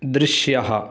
दृश्यः